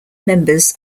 members